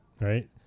right